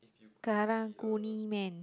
Karang-Guni man